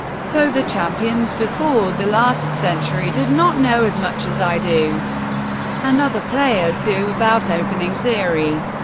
so the champions before the last century did not know as much as i do and other players do about opening theory.